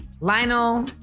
Lionel